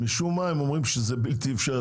משום מה הם אומרים שזה בלתי אפשרי,